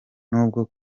nubwo